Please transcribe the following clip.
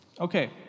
Okay